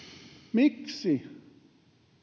miksi